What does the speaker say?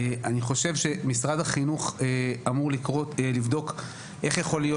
אני חושב שמשרד החינוך אמור לבדוק איך יכול להיות